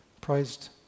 prized